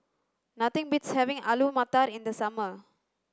nothing beats having Alu Matar in the summer